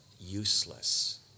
useless